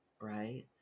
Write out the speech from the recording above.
right